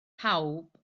pawb